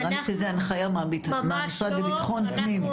נראה לי שזו הנחיה מהמשרד לביטחון הפנים.